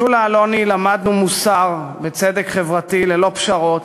משולה אלוני למדנו מוסר וצדק חברתי ללא פשרות